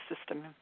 system